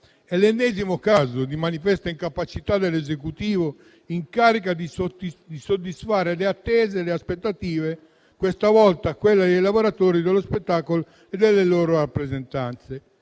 È l'ennesimo caso di manifesta incapacità dell'Esecutivo in carica di soddisfare le attese e le aspettative, questa volta quelle dei lavoratori dello spettacolo e delle loro rappresentanze.